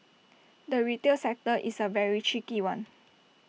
the retail sector is A very tricky one